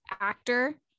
actor